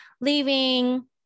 leaving